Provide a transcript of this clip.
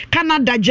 Canada